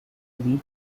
league